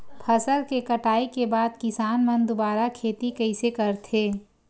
फसल के कटाई के बाद किसान मन दुबारा खेती कइसे करथे?